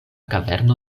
kaverno